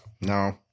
no